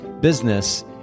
business